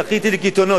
זכיתי לקיתונות.